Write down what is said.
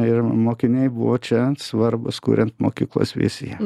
ir mokiniai buvo čia svarbūs kurian mokyklos viziją